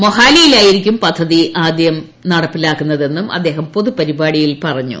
മൊഹാലിയിലായിരിക്കും പദ്ധതി ആദ്യം നടപ്പിലാക്കുന്നതെന്നും അദ്ദേഹം പൊതുപരിപാടിയിൽ പറഞ്ഞു